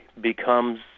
becomes